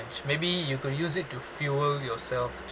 maybe you could use it to fuel yourself